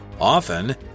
Often